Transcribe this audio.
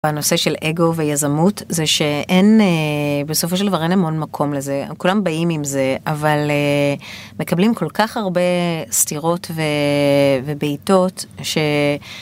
הנושא של אגו ויזמות זה שאין בסופו של דבר אין המון מקום לזה כולם באים עם זה אבל מקבלים כל כך הרבה סתירות וביתות שזה כבר לא נעים לראות את זה